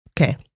Okay